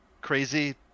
crazy